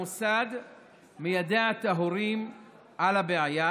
המוסד מיידע את ההורים על הבעיה,